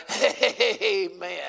Amen